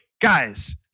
guys